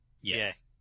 Yes